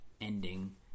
ending